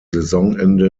saisonende